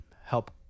help